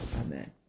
Amen